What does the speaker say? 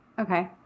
Okay